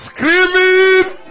Screaming